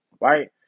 right